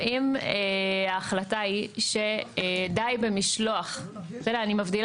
אני רוצה לחדד בין המשלוח למסירה כדי להגיד